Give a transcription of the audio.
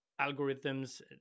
algorithms